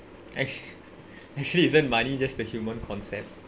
ac~ actually isn't money just the human concept